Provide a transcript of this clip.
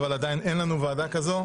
אבל עדיין אין לנו ועדה כזו.